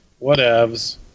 Whatevs